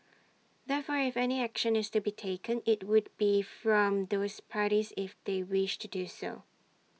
therefore if any action is to be taken IT would be from those parties if they wish to do so